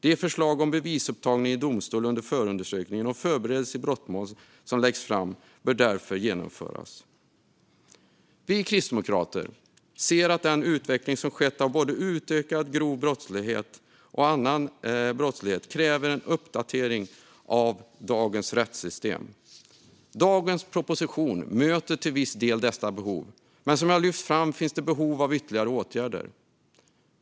De förslag om bevisupptagning i domstol under förundersökningen och förberedelsen i brottmål som läggs fram bör därför genomföras. Vi kristdemokrater ser att den utveckling som skett av både utökad grov brottslighet och annan brottslighet kräver en uppdatering av dagens rättssystem. Dagens proposition möter till viss del dessa behov, men som jag har lyft fram finns det behov av ytterligare åtgärder.